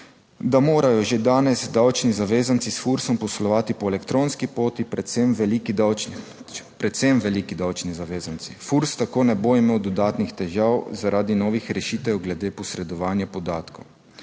da morajo že danes davčni zavezanci s FURSOM poslovati po elektronski poti, predvsem veliki, predvsem veliki davčni zavezanci. FURS tako ne bo imel dodatnih težav zaradi novih rešitev glede posredovanja podatkov,